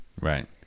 Right